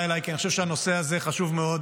אליי כי אני חושב שהנושא הזה חשוב מאוד,